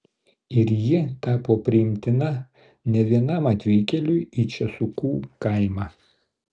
ir ji tapo priimtina ne vienam atvykėliui į česukų kaimą